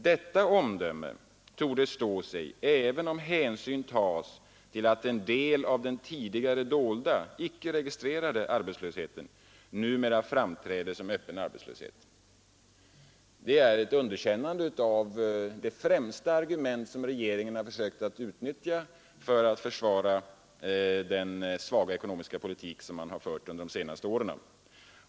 Detta omdöme torde stå sig även om hänsyn tas till att en del av den tidigare dolda — ickeregistrerade — arbetslösheten numera framträder som öppen arbetslöshet.” Det är ett underkännande av regeringens främsta argument när det gällt att försvara den svaga ekonomiska politik man fört under de senaste åren.